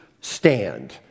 stand